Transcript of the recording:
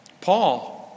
Paul